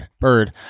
bird